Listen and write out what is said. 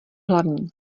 hlavní